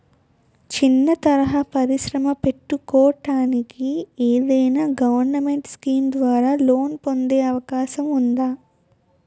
చిన్న తరహా పరిశ్రమ పెట్టుకోటానికి ఏదైనా గవర్నమెంట్ స్కీం ద్వారా లోన్ పొందే అవకాశం ఉందా?